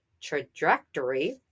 trajectory